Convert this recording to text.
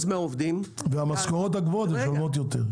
מהעובדים -- והמשכורות הגבוהות משלמות יותר.